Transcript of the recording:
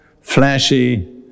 flashy